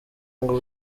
ngo